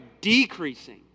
decreasing